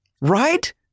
Right